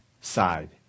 side